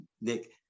Nick